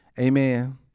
Amen